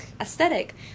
aesthetic